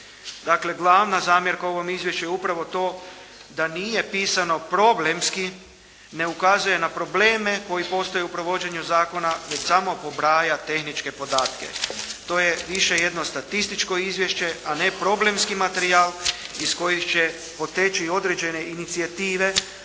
Dakle, glavna zamjerka ovom izvješću je upravo to da nije pisano problemski, ne ukazuje na probleme koji postoje u provođenju zakona, već samo pobraja tehničke podatke. To je više jedno statističko izvješće, a ne problemski materijal iz kojih će poteći i određene inicijative